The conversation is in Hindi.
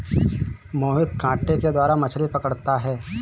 मोहित कांटे के द्वारा मछ्ली पकड़ता है